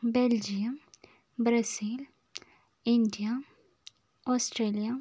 Belgium Brazil India Australia